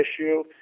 issue